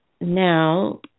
now